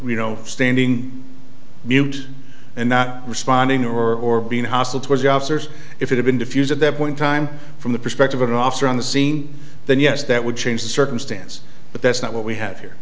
you know standing mute and not responding or being hostile towards the officers if it had been defused at that point time from the perspective of an officer on the scene then yes that would change the circumstance but that's not what we have here